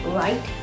right